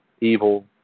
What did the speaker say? evil